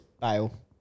Bail